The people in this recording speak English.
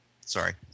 sorry